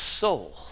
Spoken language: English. soul